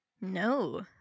No